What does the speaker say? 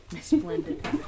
splendid